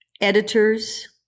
editors